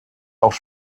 auch